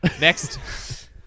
Next